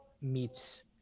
meets